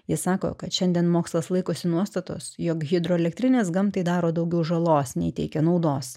jis sako kad šiandien mokslas laikosi nuostatos jog hidroelektrinės gamtai daro daugiau žalos nei teikia naudos